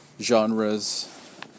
Genres